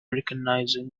recognizing